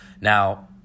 Now